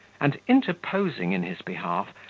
and interposing in his behalf,